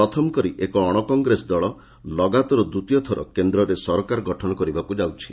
ପ୍ରଥମକରି ଏକ ଅଣକଂଗ୍ରେସ ଦଳ ଲଗାତାର ଦ୍ୱିତୀୟଥର କେନ୍ଦ୍ରରେ ସରକାର ଗଠନ କରିବାକୁ ଯାଉଛି